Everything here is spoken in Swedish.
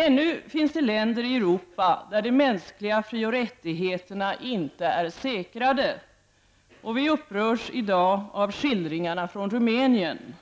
Ännu finns det länder i Europa där de mänskliga fri och rättigheterna inte är säkrade. Vi upprörs i dag av skildringarna från Rumänien.